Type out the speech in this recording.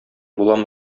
буламы